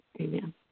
Amen